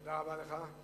תודה רבה לך.